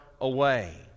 away